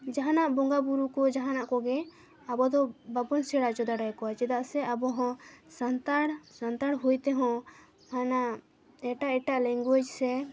ᱡᱟᱦᱟᱱᱟᱜ ᱵᱚᱸᱜᱟ ᱵᱩᱨᱩ ᱠᱚ ᱡᱟᱦᱟᱱᱟᱜ ᱠᱚᱜᱮ ᱟᱵᱚ ᱫᱚ ᱵᱟᱵᱚᱱ ᱥᱮᱬᱟ ᱚᱪᱚ ᱫᱟᱲᱮᱭᱟᱠᱚᱣᱟ ᱪᱮᱫᱟᱜ ᱥᱮ ᱟᱵᱚᱦᱚᱸ ᱥᱟᱱᱛᱟᱲ ᱥᱟᱱᱛᱟᱲ ᱦᱳᱭ ᱛᱮᱦᱚᱸ ᱦᱟᱱᱟ ᱮᱴᱟᱜ ᱮᱴᱟᱜ ᱞᱮᱝᱜᱩᱭᱮᱡᱽ ᱥᱮ